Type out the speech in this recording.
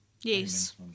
Yes